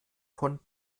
von